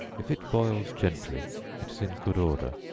if it boils gently it is in good order,